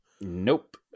Nope